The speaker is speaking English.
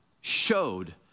showed